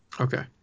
Okay